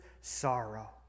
sorrow